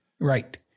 Right